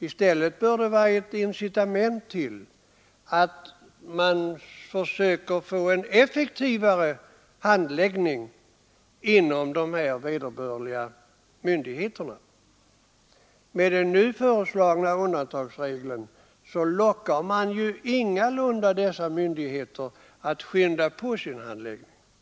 I stället bör det vara ett incitament till att man försöker få en effektivare handläggning inom vederbörande myndigheter. Med den nu föreslagna undantagsregeln lockar man ingalunda dessa myndigheter att påskynda sin handläggning.